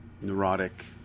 neurotic